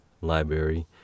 Library